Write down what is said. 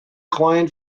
client